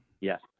Yes